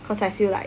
cause I feel like